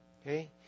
Okay